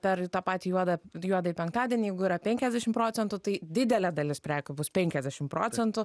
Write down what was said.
per tą patį juodą juodąjį penktadienį jeigu yra penkiasdešimt procentų tai didelė dalis prekių bus penkiasdešimt procentų